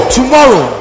tomorrow